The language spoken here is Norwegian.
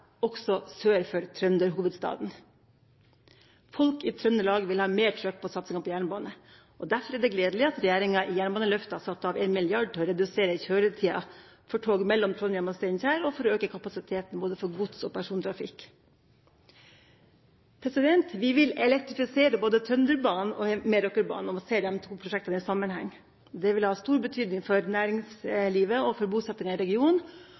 også sør for trønderhovedstaden. Folk i Trøndelag vil ha mer trøkk på satsinga på jernbane. Derfor er det gledelig at regjeringa i jernbaneløftet har satt av 1 mrd. kr til å redusere kjøretida for tog mellom Trondheim og Steinkjer, og for å øke kapasiteten både for gods og persontrafikk. Vi vil elektrifisere både Trønderbanen og Meråkerbanen, og man må se disse to prosjektene i sammenheng. Det vil ha stor betydning for næringslivet og for bosettinga i regionen.